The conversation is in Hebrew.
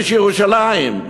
איש ירושלים,